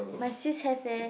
my sis have eh